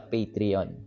Patreon